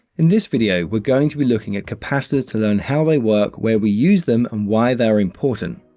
in this video, we're going to be looking at capacitors to learn how they work, where we use them, and why they are important.